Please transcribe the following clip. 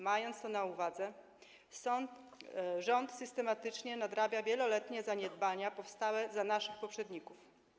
Mając to na uwadze, rząd systematycznie nadrabia wieloletnie zaniedbania powstałe za naszych poprzedników.